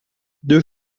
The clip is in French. deux